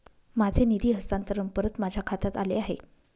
माझे निधी हस्तांतरण परत माझ्या खात्यात आले आहे